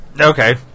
okay